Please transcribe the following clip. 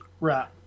right